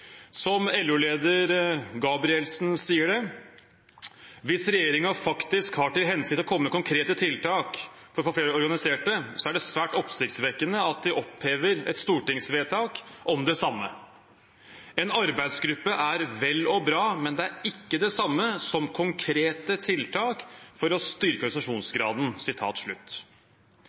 Som LO-leder Gabrielsen sier: «Hvis regjeringa faktisk har til hensikt å komme med konkrete tiltak for å få opp organisasjonsgraden, er det svært oppsiktsvekkende at regjeringen opphever et stortingsvedtak om det samme. En arbeidsgruppe er vel og bra, men faktisk ikke konkrete tiltak for å styrke organisasjonsgraden.»